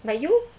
but you eh